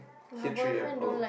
hit three A_M onward